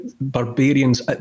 barbarians